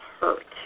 hurt